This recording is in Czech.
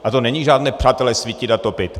A to není žádné, přátelé, svítit a topit.